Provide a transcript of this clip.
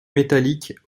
métalliques